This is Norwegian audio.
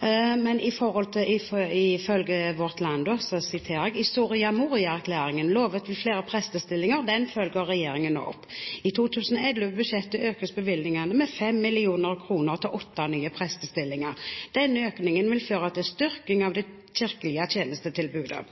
Men overfor Vårt Land fastslo kirkeminister Aasrud: «I Soria Moria-erklæringen lovet vi flere prestestillinger. Det følger regjeringen nå opp. I 2011-budsjettet økes bevilgningene med fem millioner kroner til nye prestestillinger. Denne økningen vil føre til styrking av det kirkelige tjenestetilbudet.